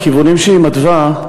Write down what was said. בכיוונים שהיא מתווה,